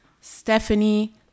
Stephanie